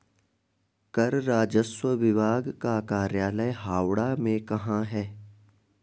कर राजस्व विभाग का कार्यालय हावड़ा में कहाँ है?